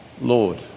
Lord